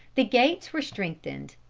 the gates were strengthened,